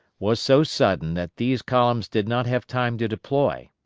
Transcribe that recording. was so sudden that these columns did not have time to deploy.